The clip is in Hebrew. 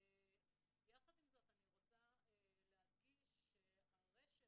יחד עם זאת אני רוצה להדגיש שהרשת,